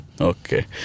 okay